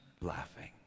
laughing